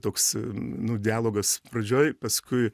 toks nu dialogas pradžioj paskui